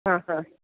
हां हां